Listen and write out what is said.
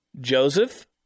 Joseph